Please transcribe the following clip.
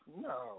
no